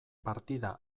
partida